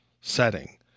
setting